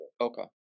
Okay